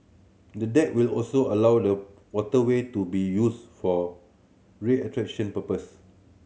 the deck will also allow the waterway to be used for recreation purpose